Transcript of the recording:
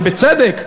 ובצדק,